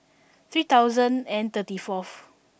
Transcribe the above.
three thousand and thirty fourth